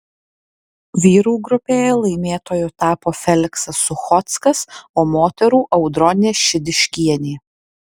vyrų grupėje laimėtoju tapo feliksas suchockas o moterų audronė šidiškienė